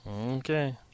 Okay